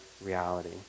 reality